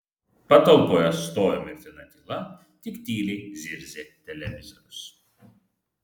patalpoje stojo mirtina tyla tik tyliai zirzė televizorius